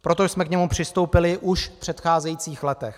Proto jsme k němu přistoupili už v předcházejících letech.